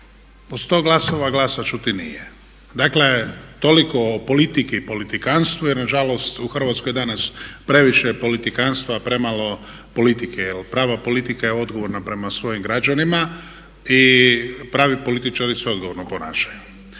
100 glasova glasa čuti nije. Dakle, toliko o politici i politikantstvu jer nažalost u Hrvatskoj danas previše politikantstva a premalo politike jer prava politika je odgovorna prema svojim građanima i pravi političari se odgovorno ponašaju.